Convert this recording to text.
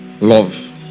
Love